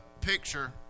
picture